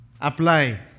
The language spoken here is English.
apply